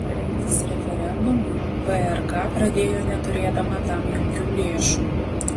rengtis referendumui vrk pradėjo neturėdama tam jokių lėšų